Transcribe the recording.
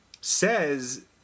says